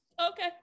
okay